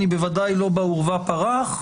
אני בוודאי לא בעורבא פרח.